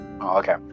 okay